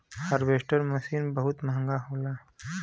harvester machine बहुत महंगा होला